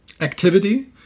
activity